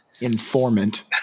informant